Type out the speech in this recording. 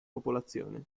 popolazione